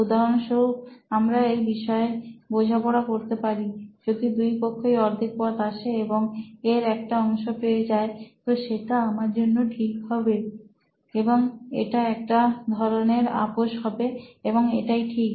উদাহরণস্বরূপ আমরা এই বিষয়ে বোঝাপড়া করতে পারি যে যদি দুই পক্ষই অর্ধেক পথ আসে এবং এর একটা অংশ পেয়ে যাই তো সেটা আমার জন্য ঠিক হবে এবং এটা এক ধরনের আপোষ হবে এবং এটাই ঠিক